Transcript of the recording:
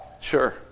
Sure